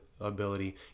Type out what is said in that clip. ability